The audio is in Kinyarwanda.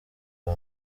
bwa